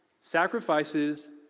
Sacrifices